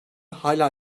hâlâ